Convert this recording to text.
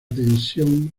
tensión